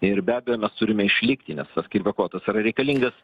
ir be abejo mes turime išlikti nes tas kirvio kotas yra reikalingas